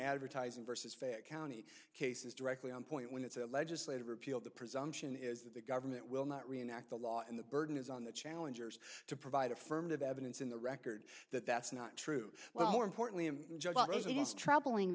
advertising versus fayette county case is directly on point when it's a legislative repeal the presumption is that the government will not reenact the law in the burden is on the challengers to provide affirmative evidence in the record that that's not true well more importantly